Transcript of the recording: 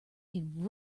can